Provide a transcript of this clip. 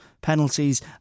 penalties